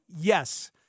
Yes